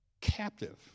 captive